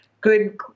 Good